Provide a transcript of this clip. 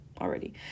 already